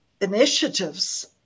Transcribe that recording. initiatives